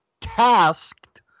tasked